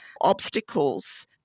obstacles